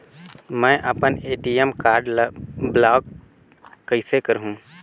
मै अपन ATM card ल ब्लाक कइसे करहूं?